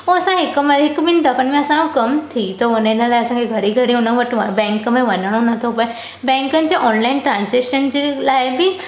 पोइ असां हिक महिल हिक ॿिनि दफ़नि में असांजो कम थी थो वञे हिन लाइ घड़ी घड़ी हुन वटि बैंक में वञिणो नथो पए बैंकुनि जे ऑनलाइन ट्राजेक्शन जे लाइ बि